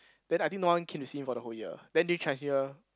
then I think no one came to see him for the whole year then this Chinese New Year